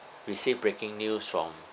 receive breaking news from